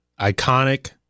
iconic